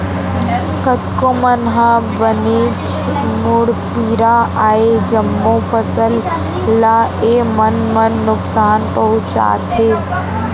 कतको बन ह बनेच मुड़पीरा अय, जम्मो फसल ल ए बन मन नुकसान पहुँचाथे